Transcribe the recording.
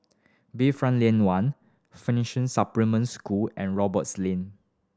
Bayfront Lane One Finnishing Supplementary School and Roberts Lane